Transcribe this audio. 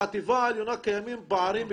בחטיבה העליונה קיימים פערים תהומיים.